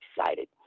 excited